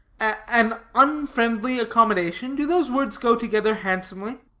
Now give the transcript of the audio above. an unfriendly accommodation? do those words go together handsomely?